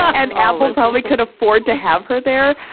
an apple, probably could afford to have her there.